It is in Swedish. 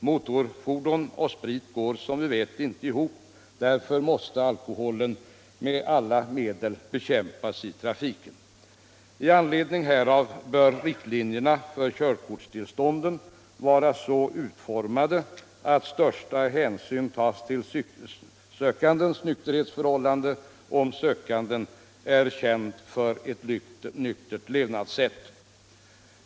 Motorfordon och sprit går inte ihop, och därför måste alkoholen i trafiken bekämpas med alla medel. Därför bör riktlinjerna för körkortstillstånden vara så utformade att största hänsyn tas till sökandens nykterhetsförhållanden, dvs. om sökanden är känd för ett nyktert levnadssätt.